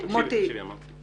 זה יצא לוועדת איתור.